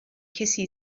کسی